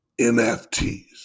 NFTs